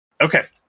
okay